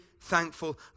thankful